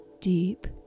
deep